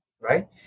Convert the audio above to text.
right